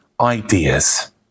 ideas